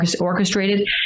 orchestrated